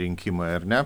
rinkimai ar ne